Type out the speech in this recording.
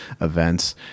events